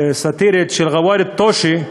הסאטירית, של ג'וואר א-טושה,